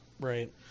Right